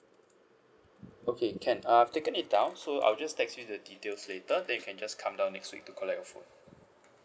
okay can I've taken it down so I'll just text you the details later then you can just come down next week to collect your phone